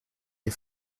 des